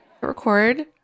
record